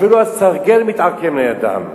אפילו הסרגל מתעקם לידם,